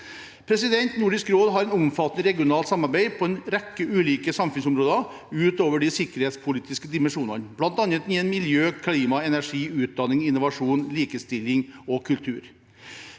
kommer. Nordisk råd har et omfattende regionalt samarbeid på en rekke ulike samfunnsområder utover de sikkerhetspolitiske dimensjonene, bl.a. innen miljø, klima, energi, utdanning, innovasjon, likestilling og kultur.